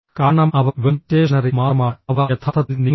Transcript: കാരണം അവ വെറും സ്റ്റേഷനറി മാത്രമാണ് അവ യഥാർത്ഥത്തിൽ നീങ്ങുന്നില്ല